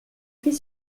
fait